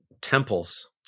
temples